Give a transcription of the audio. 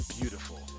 beautiful